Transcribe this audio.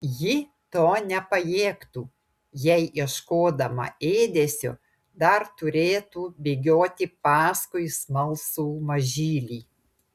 ji to nepajėgtų jei ieškodama ėdesio dar turėtų bėgioti paskui smalsų mažylį